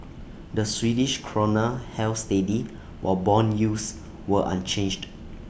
the Swedish Krona held steady while Bond yields were unchanged